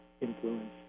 influence